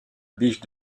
biche